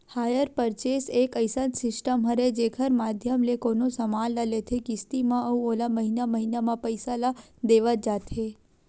hire purchase एक अइसन system हरय जेखर माधियम ले कोनो समान ल लेथे किस्ती म अउ ओला महिना महिना म पइसा ल देवत जाथे